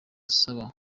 saba